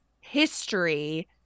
history